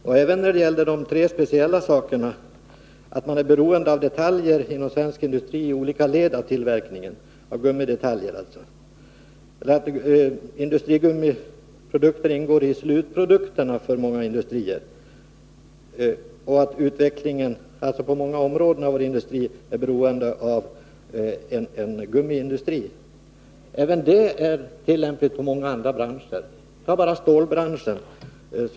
Och även de tre speciella sakerna — att man är beroende av gummidetaljer i olika led av tillverkningen inom svensk industri, att industrigammi ingår i många industriers slutprodukter och att utvecklingen på många områden av vår industri alltså är beroende av en gummiindustri — är på motsvarande sätt tillämpliga på många andra branscher. Ta bara stålbranschen som ett exempel!